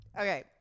okay